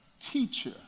teacher